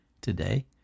today